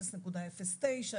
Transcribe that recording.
0.09%,